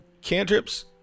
cantrips